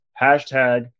hashtag